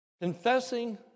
confessing